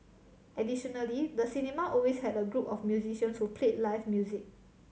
additionally the cinema always had a group of musicians who played live music